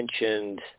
mentioned